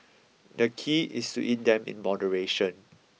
the key is to eat them in moderation